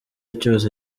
cyose